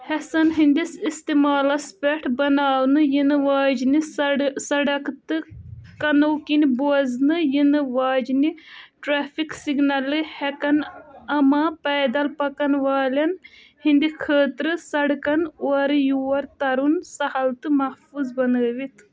ہیٚسن ہِنٛدِس اِستعمالس پٮ۪ٹھ بناونہٕ یِنہٕ واجیٚنہِ سڑک تہٕ کنو کِنۍ بوزنہٕ یِنہٕ واجنہِ ٹرٛیفِک سِگنلہٕ ہیٚکن آما پیدل پکن والیٚن ہِنٛدِ خٲطرٕ سڑکن اورٕ یور ترُن سہل تہٕ محفوٗظ بنٲوِتھ